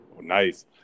Nice